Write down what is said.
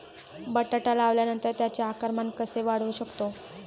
बटाटा लावल्यानंतर त्याचे आकारमान कसे वाढवू शकतो?